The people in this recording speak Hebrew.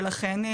ולכן,